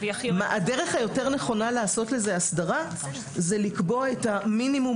הדרך היותר נכונה לעשות לזה הסדרה היא לקבוע המינימום